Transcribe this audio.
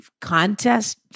contest